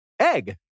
Egg